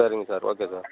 சரிங்க sir okay sir